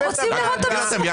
אנחנו רוצים לראות את המסמך.